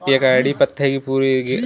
एक एकड़ में कितने डिसमिल होता है?